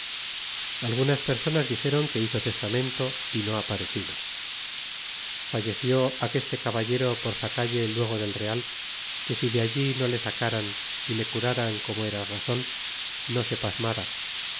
algunas personas dixeron que hizo testamento y no ha rarecido falleció aqueste caballero por sacalle luego del real que si de allí no le sacran y e curran como era razon no se pasmara